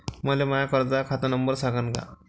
मले माया कर्जाचा खात नंबर सांगान का?